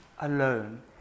alone